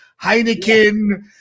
Heineken